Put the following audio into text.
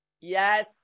Yes